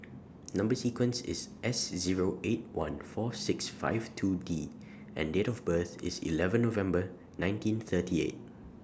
Number sequence IS S Zero eight one four six five two D and Date of birth IS eleven November nineteen thirty eight